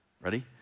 Ready